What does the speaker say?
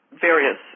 various